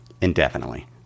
indefinitely